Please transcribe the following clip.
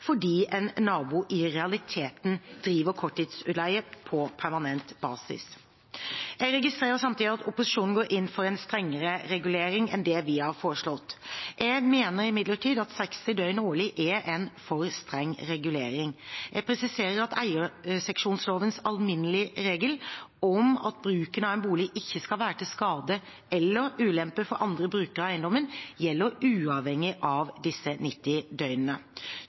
fordi en nabo i realiteten driver korttidsutleie på permanent basis. Jeg registrerer samtidig at opposisjonen går inn for en strengere regulering enn det vi har foreslått. Jeg mener imidlertid at 60 døgn årlig er en for streng regulering. Jeg presiserer at eierseksjonslovens alminnelige regel om at bruken av en bolig ikke skal være til skade eller ulempe for andre brukere av eiendommen, gjelder uavhengig av disse